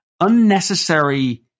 unnecessary